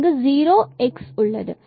இங்கு 0 x உள்ளது